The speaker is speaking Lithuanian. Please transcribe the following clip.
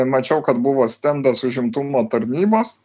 mačiau kad buvo stendas užimtumo tarnybos